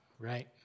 right